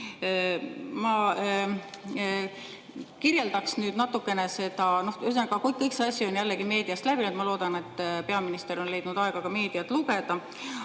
kirjeldaksin nüüd natukene seda … Ühesõnaga, kõik see asi on jällegi meediast läbi käinud. Ma loodan, et peaminister on leidnud aega ka meediat jälgida.